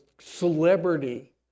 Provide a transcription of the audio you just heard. celebrity